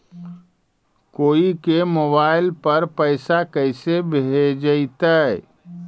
कोई के मोबाईल पर पैसा कैसे भेजइतै?